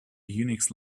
unix